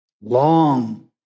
Long